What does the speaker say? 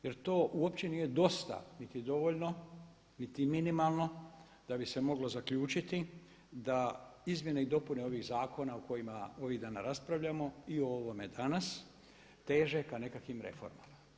Jer to uopće nije dosta niti dovoljno niti minimalno da bi se moglo zaključiti da izmjene i dopune ovih zakona o kojima ovih dana raspravljamo i o ovome danas teže ka nekakvim reformama.